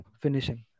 finishing